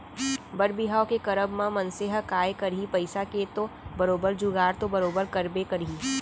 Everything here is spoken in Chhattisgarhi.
बर बिहाव के करब म मनसे ह काय करही पइसा के तो बरोबर जुगाड़ तो बरोबर करबे करही